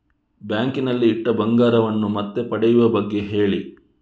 bank ನಲ್ಲಿ ಇಟ್ಟ ಬಂಗಾರವನ್ನು ಮತ್ತೆ ಪಡೆಯುವ ಬಗ್ಗೆ ಹೇಳಿ